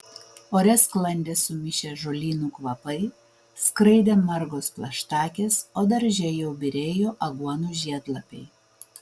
ore sklandė sumišę žolynų kvapai skraidė margos plaštakės o darže jau byrėjo aguonų žiedlapiai